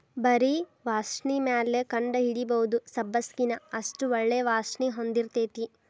ಬರಿ ವಾಸ್ಣಿಮ್ಯಾಲ ಕಂಡಹಿಡಿಬಹುದ ಸಬ್ಬಸಗಿನಾ ಅಷ್ಟ ಒಳ್ಳೆ ವಾಸ್ಣಿ ಹೊಂದಿರ್ತೈತಿ